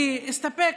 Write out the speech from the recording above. אני אסתפק,